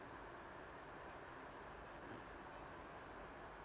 hmm